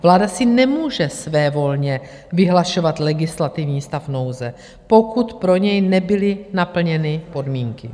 Vláda si nemůže svévolně vyhlašovat legislativní stav nouze, pokud pro něj nebyly naplněny podmínky.